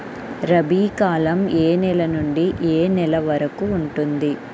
రబీ కాలం ఏ నెల నుండి ఏ నెల వరకు ఉంటుంది?